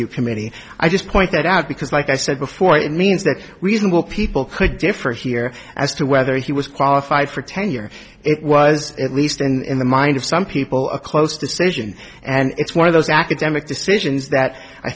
review committee i just point that out because like i said before it means that reasonable people could differ here as to whether he was qualified for tenure it was at least in the mind of some people a close decision and it's one of those academic decisions that i